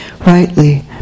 rightly